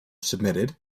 submitted